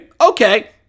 Okay